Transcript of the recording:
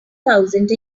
thousand